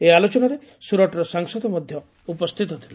ଏହି ଆଲୋଚନାରେ ସ୍ୱରଟର ସାଂସଦ ମଧ୍ୟ ଉପସ୍ଥିତ ଥିଲେ